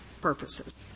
purposes